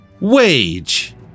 Wage